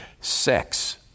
Sex